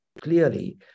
clearly